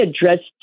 addressed